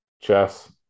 Chess